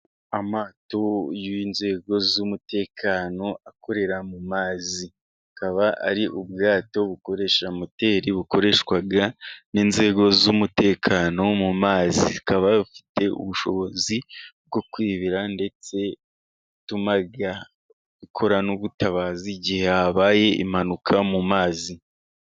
Amato y'inzego z'umutekano akorera mu mazi, akaba ari ubwato bukoresha moteri, bukoreshwaga n'inzego z'umutekano mumazi kaba bufite ubushobozi bwo kwibira, ndetse itumaga ikora n'ubutabazi igihe habaye impanuka mu mazi.